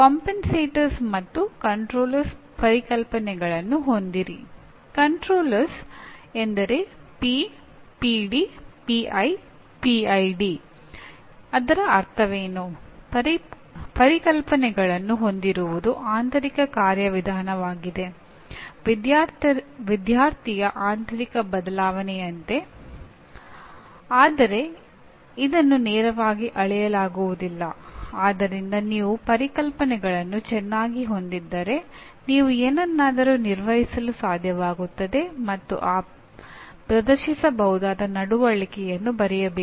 compensator ನಿಯಂತ್ರಕವನ್ನು ವಿನ್ಯಾಸಗೊಳಿಸುವಂತೆ ಅದನ್ನು ಬರೆಯಬೇಕು